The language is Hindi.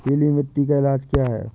पीली मिट्टी का इलाज क्या है?